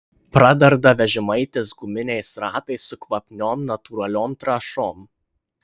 pradarda vežimaitis guminiais ratais su kvapniom natūraliom trąšom